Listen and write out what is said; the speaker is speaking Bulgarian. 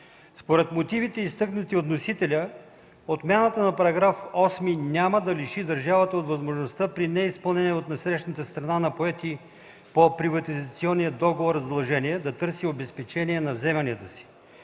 Според мотивите, изтъкнати от вносителя, отмяната на § 8 няма да лиши държавата от възможността при неизпълнение от насрещната страна на поети по приватизационния договор задължения да търси обезпечение на вземанията си.